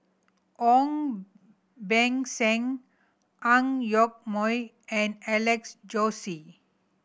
Ong Beng Seng Ang Yoke Mooi and Alex Josey